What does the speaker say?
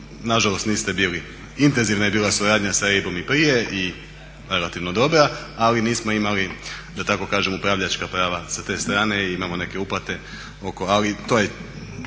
na žalost niste bili. Intenzivna je bila suradnja sa EIB-om i prije i relativno dobra, ali nismo imali da tako kažem upravljačka prava sa te strane. Imamo neke uplate, ali to je